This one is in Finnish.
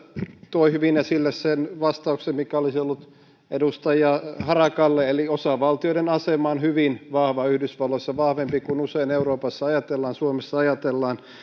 toi hyvin esille sen vastauksen mikä olisi ollut edustaja harakalle eli osavaltioiden asema on hyvin vahva yhdysvalloissa vahvempi kuin usein euroopassa ajatellaan suomessa ajatellaan